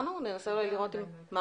תנסי לתת לנו את הדברים בקצרה